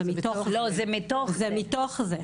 זה מתוך זה,